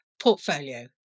portfolio